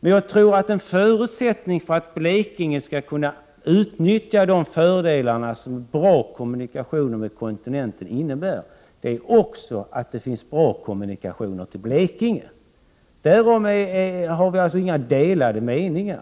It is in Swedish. Men en förutsättning för att Blekinge skall kunna utnyttja fördelarna med goda kommunikationer med kontinenten är att det finns goda kommunikationer med Blekinge. På den punkten råder det inga delade meningar.